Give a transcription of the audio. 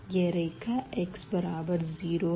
यह रेखा x बराबर 0 है